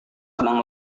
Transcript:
sedang